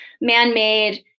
man-made